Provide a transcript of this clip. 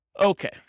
Okay